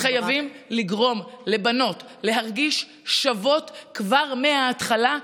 אנחנו חייבים לגרום לבנות להרגיש שוות כבר מההתחלה,